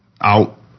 out